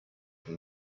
him